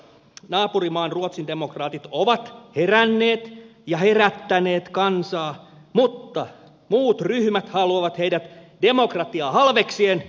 naapurimaan ruotsidemokraatit ovat heränneet ja herättäneet kansaa mutta muut ryhmät haluavat heidät demokratiaa halveksien eristää